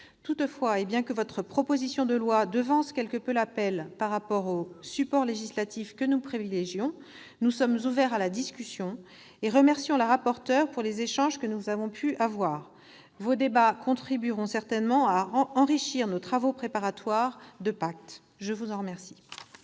Toutefois, et bien que votre proposition de loi devance quelque peu l'appel par rapport au support législatif que nous privilégions, nous sommes ouverts à la discussion et nous remercions Mme la rapporteur des échanges que nous avons pu avoir avec elle. Vos débats contribueront certainement à enrichir les travaux préparatoires que nous menons